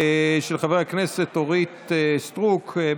של חברי הכנסת אורית סטרוק,